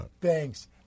Thanks